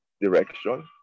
direction